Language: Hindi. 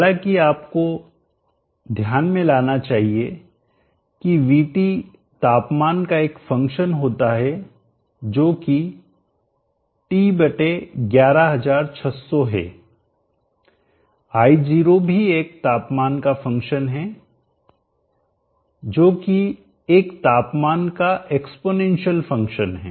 हालांकि आप को ध्यान में लाना चाहिए कि VT तापमान का एक फंक्शन होता है जोकि T11600 हे I0 भी एक तापमान का फंक्शन है जो कि एक तापमान का एक्स्पोनेंशियल फंक्शन है